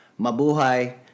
Mabuhay